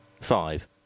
Five